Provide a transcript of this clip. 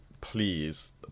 please